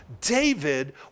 David